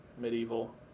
medieval